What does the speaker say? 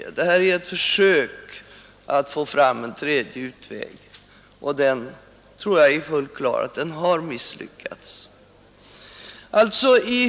Paritetslånesystemet är ett försök att få fram en tredje utväg, och jag tror att det är fullt klart att det har misslyckats.